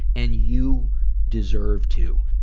and you deserve to.